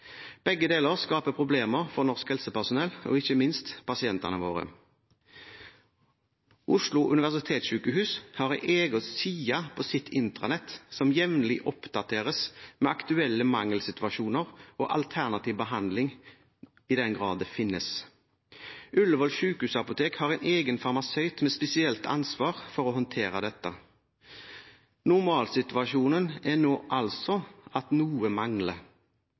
Begge deler skaper problemer for norsk helsepersonell og ikke minst for pasientene våre. Oslo universitetssykehus har en egen side på sitt intranett som jevnlig oppdateres med aktuelle mangelsituasjoner og alternativ behandling, i den grad det finnes. Ullevål sykehusapotek har en egen farmasøyt med spesielt ansvar for å håndtere dette. Normalsituasjonen er nå at noe mangler.